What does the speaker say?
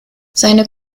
seine